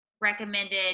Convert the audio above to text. recommended